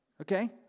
okay